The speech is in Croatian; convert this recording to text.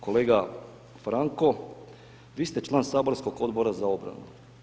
Kolega Franko, vi ste član Saborskog odbora za obranu.